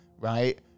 right